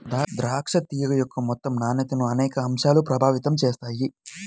ద్రాక్ష తీగ యొక్క మొత్తం నాణ్యతను అనేక అంశాలు ప్రభావితం చేస్తాయి